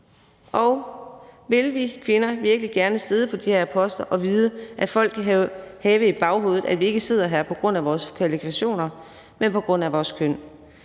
Vil vi kvinder virkelig gerne sidde på de her poster og vide, at folk kan have i baghovedet, at vi ikke sidder der på grund af vores kvalifikationer, men på grund af vores køn?